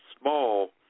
small